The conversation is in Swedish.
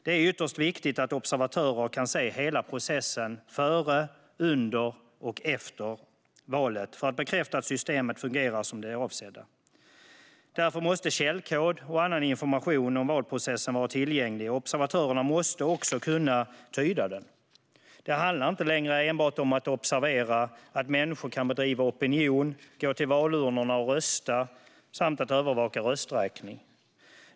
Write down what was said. Det är ytterst viktigt att observatörer kan se hela processen före, under och efter valet för att bekräfta att systemen fungerar som de är avsedda. Därför måste källkod och annan information om valprocessen vara tillgänglig, och observatörerna måste kunna tyda den. Det handlar inte längre enbart om att observera att människor kan bedriva opinion och gå till valurnorna och rösta samt om att övervaka rösträkning.